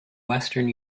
western